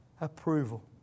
approval